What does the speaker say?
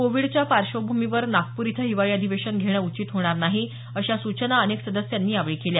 कोविडच्या पार्श्वभूमीवर नागपूर इथं हिवाळी अधिवेशन घेणं उचित होणार नाही अशा सूचना अनेक सदस्यांनी यावेळी केल्या